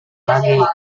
lagi